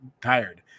tired